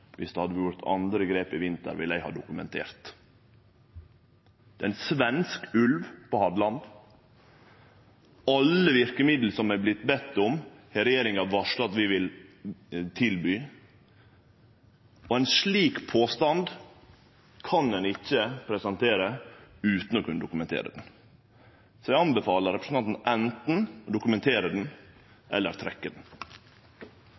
det hadde vorte gjort andre grep i vinter, vil eg ha dokumentert. Det er ein svensk ulv på Hadeland. Alle verkemiddel som er vorte bedne om, har regjeringa varsla at vi vil tilby. Ein slik påstand kan ein ikkje presentere utan å kunne dokumentere han. Så eg anbefaler representanten anten å dokumentere